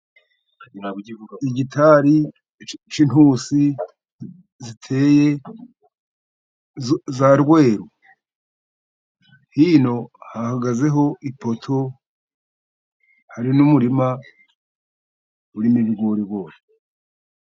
Igitari cy'intusi ziteye za rweru, hino hahagazeho ipoto hari n'umurima urimo ibigorigori.